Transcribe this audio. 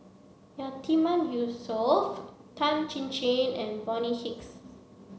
Yatiman Yusof Tan Chin Chin and Bonny Hicks